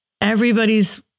Everybody's